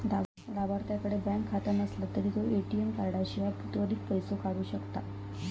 लाभार्थ्याकडे बँक खाता नसला तरी तो ए.टी.एम कार्डाशिवाय त्वरित पैसो काढू शकता